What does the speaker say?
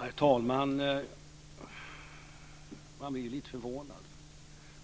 Herr talman! Man blir lite förvånad.